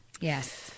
Yes